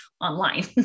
online